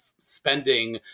spending